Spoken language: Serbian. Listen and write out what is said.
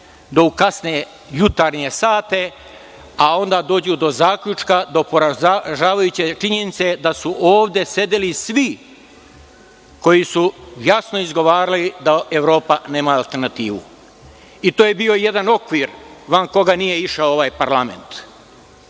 do u kasne jutarnje sate, a onda dođu do zaključka, do poražavajuće činjenice, da su ovde sedeli svi koji su jasno izgovarali da Evropa nema alternativu. I to je bio jedan okvir van koga nije išao ovaj parlament. Na